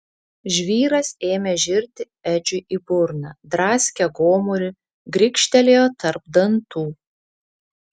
žvyras ėmė žirti edžiui į burną draskė gomurį grikštelėjo tarp dantų